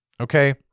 Okay